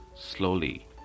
slowly